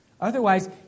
Otherwise